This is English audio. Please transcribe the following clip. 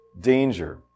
danger